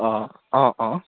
অঁ অঁ অঁ